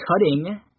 Cutting